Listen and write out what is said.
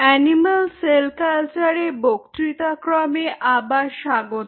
animal cell কালচারের বক্তৃতাক্রমে আবার স্বাগত